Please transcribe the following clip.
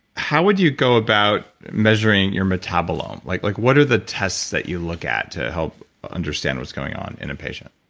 how would you go about measuring your metabolome? like like what are the tests that you look at to help understand what's going on in a patient?